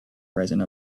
rising